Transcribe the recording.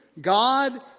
God